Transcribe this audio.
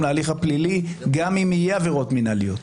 להליך הפלילי גם אם יהיו עבירות מינהליות.